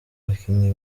bakinnyi